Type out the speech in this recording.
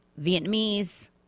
Vietnamese